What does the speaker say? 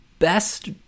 Best